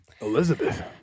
Elizabeth